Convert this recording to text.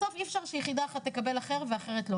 בסוף אי אפשר שיחידה אחת תקבל אחר ואחרת לא,